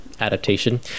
adaptation